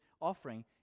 offering